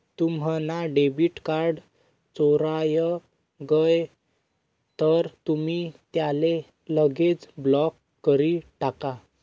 तुम्हना debit card चोराय गय तर तुमी त्याले लगेच ब्लॉक करी टाका